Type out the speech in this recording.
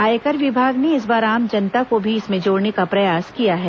आयकर विभाग ने इस बार आम जनता को भी इसमें जोड़ने का प्रयास किया है